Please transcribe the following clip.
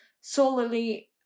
solely